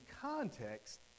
context